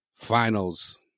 finals